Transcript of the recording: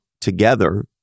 together